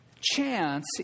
Chance